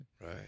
Right